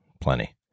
plenty